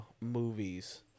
movies